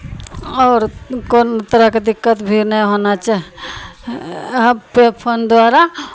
आओर कोन तरहके दिक्कत भी नहि होना चाही अब पे फोन द्वारा